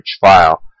file